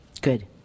Good